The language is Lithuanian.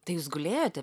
tai jūs gulėjote